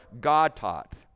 God-taught